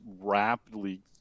rapidly